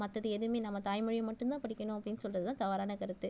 மற்றது எதுவுமே நம்ம தாய் மொழியை மட்டுந்தான் படிக்கணும் அப்படின்னு சொல்கிறதுதான் தவறான கருத்து